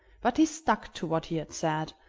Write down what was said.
but he stuck to what he had said,